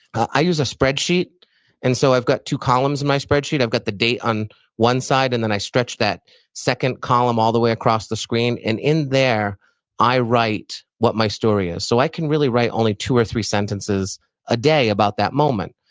i use a spreadsheet and so i've got two columns in my spreadsheet. i've got the date on one side, and then i stretch that second column all the way across the screen, and in in there i write what my story is, so i can really write only two or three sentences a day about that moment.